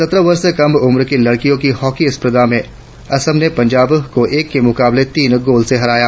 सत्रह वर्ष से कम उम्र की लड़कियों की हॉकी स्पर्धा में असम ने पंजाब को एक के मुकाबले तीन गोल से हराया